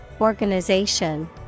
organization